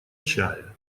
чая